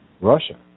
Russia